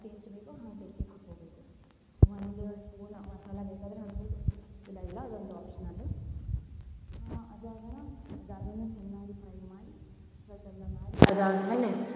ಹೆಂಗೆ ಟೇಸ್ಟ್ ಬೇಕೋ ಹಂಗೆ ಟೇಸ್ಟಿಂಗ್ ಕೊಡ್ಕೊಬೋದು ಒಂದು ಎರಡು ಸ್ಫೂನಾ ಮಸಾಲೆ ಬೇಕಾದ್ರೆ ಹಾಕಿ ಇದೆಲ್ಲ ಒಂದು ಆಪ್ಶನಲ್ ಅದಾಗಣ ಇದಾದಮೇಲೆ ಚೆನ್ನಾಗಿ ಫ್ರೈ ಮಾಡಿ ಅದಾದಮೇಲೆ